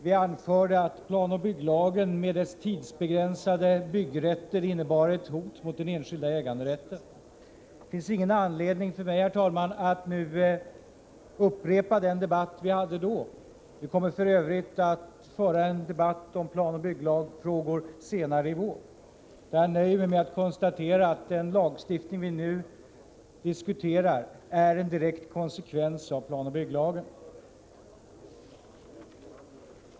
Vi anförde att planoch bygglagen med dess tidsbegränsade byggrätter innebar ett hot mot den enskilda äganderätten. Det finns, herr talman, ingen anledning för mig att nu upprepa den debatt som vi hade då. Vi kommer för övrigt att föra en debatt om planoch bygglagsfrågor senare i vår. Jag nöjer mig därför med att konstatera att den lagstiftning som vi nu diskuterar är en direkt konsekvens av planoch bygglagen.